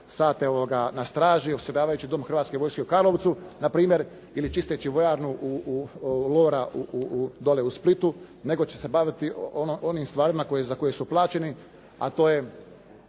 sate na straži osiguravajući Dom hrvatske vojske u Karlovcu na primjer ili čisteći vojarnu Lora dole u Splitu, nego će se baviti onim stvarima za koje su plaćeni, a to je,